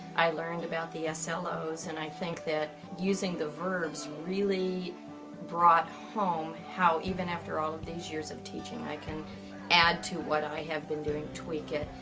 i learned about the slos. and i think that using the verbs really brought home how even after all of these years of teaching, i can add to what i have been doing, tweak it.